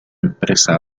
empresa